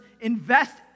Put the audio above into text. invest